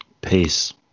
Peace